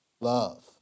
love